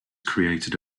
created